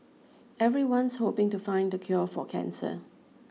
everyone's hoping to find the cure for cancer